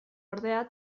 ordea